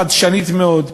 חדשנית מאוד,